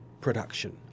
production